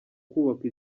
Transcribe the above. kubaka